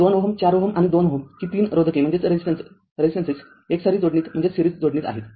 तर२ Ω४ Ω आणि २ Ω ही तीन रोधके एकसरी जोडणीत आहेत